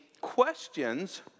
questions